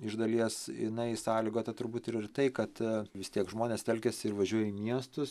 iš dalies jinai sąlygota turbūt ir ir tai kad vis tiek žmonės telkiasi ir važiuoja į miestus